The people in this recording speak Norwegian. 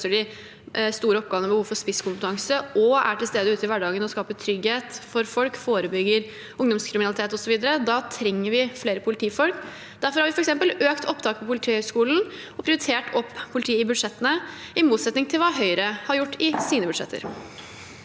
de store oppgavene med behov for spisskompetanse og er til stede ute i hverdagen og skaper trygghet for folk, forebygger ungdomskriminalitet, osv. Da trenger vi flere politifolk. Derfor har vi f.eks. økt opptaket til Politihøgskolen og prioritert opp politiet i budsjettene, i motsetning til hva Høyre har gjort i sine budsjetter.